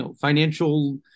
financial